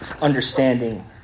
understanding